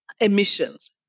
emissions